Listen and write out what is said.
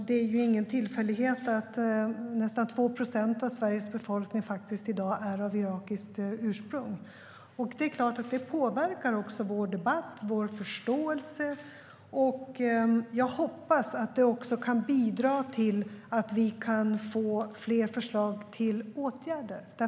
Det är ingen tillfällighet att nästan 2 procent av Sveriges befolkning i dag är av irakiskt ursprung. Det är klart att det påverkar vår debatt och vår förståelse. Jag hoppas att det också kan bidra till att vi kan få fler förslag till åtgärder.